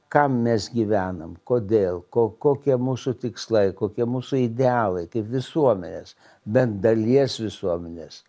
kam mes gyvenam kodėl ko kokie mūsų tikslai kokie mūsų idealai kaip visuomenės bent dalies visuomenės